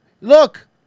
Look